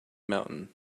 mountain